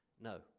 No